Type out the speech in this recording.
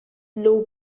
low